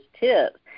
tips